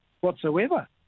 whatsoever